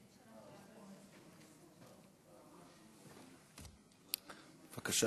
בבקשה,